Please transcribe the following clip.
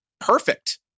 Perfect